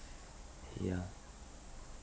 yeah